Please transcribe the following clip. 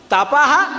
Tapaha